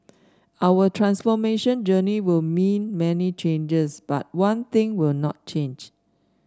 our transformation journey will mean many changes but one thing will not change